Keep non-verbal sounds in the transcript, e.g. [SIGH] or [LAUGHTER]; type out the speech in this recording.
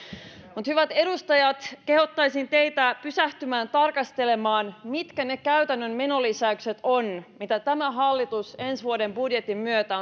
mutta hyvät edustajat kehottaisin teitä pysähtymään tarkastelemaan mitä ovat ne käytännön menolisäykset mitä tämä hallitus ensi vuoden budjetin myötä [UNINTELLIGIBLE]